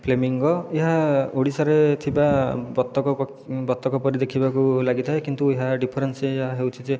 flamingo ଏହା ଓଡ଼ିଶାରେ ଥିବା ବତକ ବତକ ପରି ଦେଖିବାକୁ ଲାଗିଥାଏ କିନ୍ତୁ ଏହା ଡିଫରେନ୍ସ ଏହା ହେଉଛି ଯେ